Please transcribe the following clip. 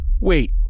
Wait